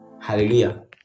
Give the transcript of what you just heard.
hallelujah